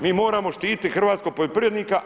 Mi moramo štiti hrvatskog poljoprivrednika.